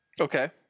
Okay